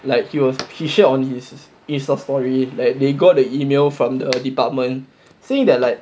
like he was he shared on his Insta story that they got the email from the department saying that like